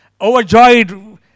Overjoyed